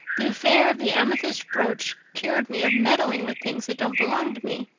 the affair of the amethyst brooch cured me of meddling with things that didn't belong to me.